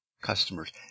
customers